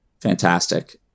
Fantastic